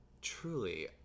truly